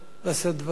לשאת דברים.